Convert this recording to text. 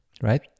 right